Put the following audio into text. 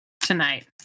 tonight